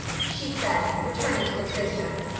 she said, returning to the prisoner.